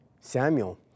Samuel